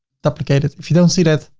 duplicate it. if you don't see that,